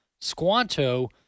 Squanto